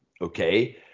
okay